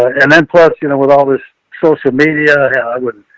and then plus, you know, with all this social media, yeah i wouldn't,